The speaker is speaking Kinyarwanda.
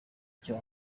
icyo